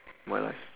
in my life